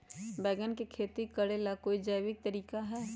बैंगन के खेती भी करे ला का कोई जैविक तरीका है?